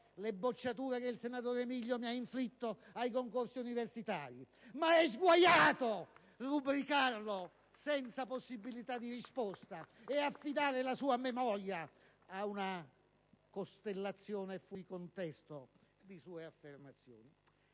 le bocciature che mi ha inflitto ai concorsi universitari, ma è sguaiato rubricarlo senza possibilità di risposta e affidare la sua memoria a una costellazione fuori contesto di sue affermazioni.